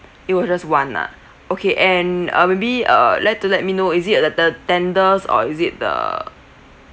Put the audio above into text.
it was just one ah okay and uh maybe uh like to let me know is it the the tenders or is it the